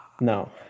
No